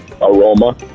aroma